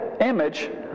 image